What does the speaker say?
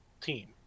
team